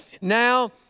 now